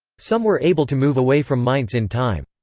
some were able to move away from mainz in time.